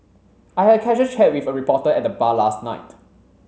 I had a casual chat with a reporter at the bar last night